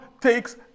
takes